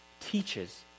teaches